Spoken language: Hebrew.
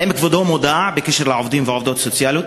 האם כבודו מודע לנושא בקשר לעובדים ועובדות סוציאליות,